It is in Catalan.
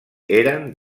eren